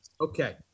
Okay